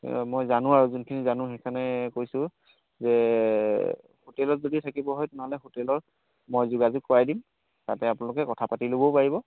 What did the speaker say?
মই জানো আৰু যোনখিনি জানো সেইকাৰণে কৈছোঁ যে হোটেলত যদি থাকিব হয় তেনেহ'লে হোটেলত মই যোগাযোগ কৰাই দিম তাতে আপোনালোকে কথা পাতি ল'বও পাৰিব